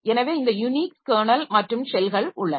எனவே இந்த Unix kernel மற்றும் ஷெல்கள் உள்ளன